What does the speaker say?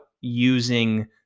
using